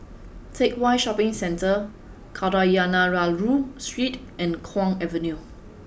Teck Whye Shopping Centre Kadayanallur Street and Kwong Avenue